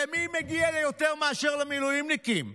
למי מגיע יותר מאשר למילואימניקים?